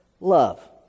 love